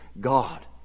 God